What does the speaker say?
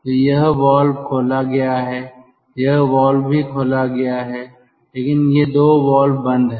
तो यह वाल्व खोला गया है यह वाल्व भी खोला गया है लेकिन ये 2 वाल्व बंद हैं